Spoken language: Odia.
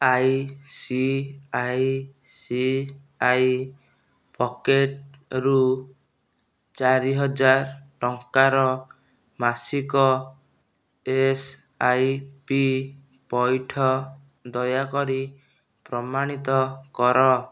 I C I C I ପକେଟ୍ରୁ ଚାରି ହଜାର ଟଙ୍କାର ମାସିକ ଏସ୍ ଆଇ ପି ପଇଠ ଦୟାକରି ପ୍ରମାଣିତ କର